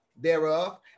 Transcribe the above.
thereof